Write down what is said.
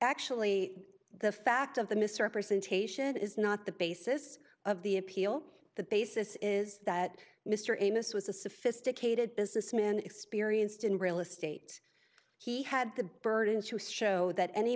actually the fact of the misrepresentation is not the basis of the appeal the basis is that mr amos was a sophisticated businessman experienced in real estate he had the burden to show that any